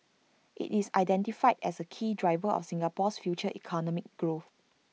IT is identified as A key driver of Singapore's future economic growth